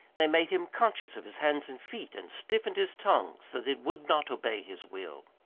they made him conscious of his hands and feet, and stiffened his tongue so that it would not obey his will.